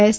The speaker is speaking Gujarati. એસ